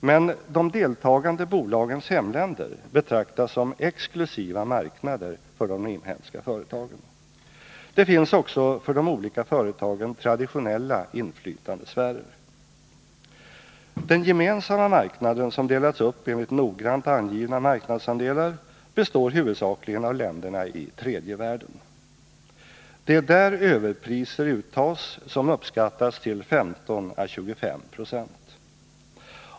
Men de deltagande bolagens hemländer betraktas som exklusiva marknader för de inhemska företagen. Det finns också för de olika företagen traditionella inflytandesfärer. Den gemensamma marknaden, som delats upp enligt noggrant angivna marknadsandelar, består huvudsakligen av länderna i tredje världen. Det är där överpriser uttas som uppskattas till 15 å 25 70.